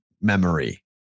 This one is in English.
memory